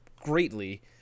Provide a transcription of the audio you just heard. greatly